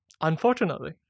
Unfortunately